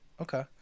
Okay